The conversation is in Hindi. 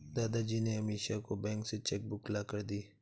दादाजी ने अमीषा को बैंक से चेक बुक लाकर दी